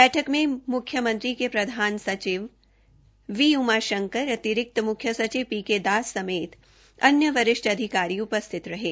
बैठक में मुख्यमंत्री के प्रधान सचिव श्री वी उमाशंकर अतिरिक्त मुख्य सचिव श्री पी के दास समेत अन्य वरिष्ठ अधिकारी उपस्थित थे